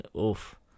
oof